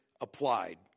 applied